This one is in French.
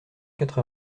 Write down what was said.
quatre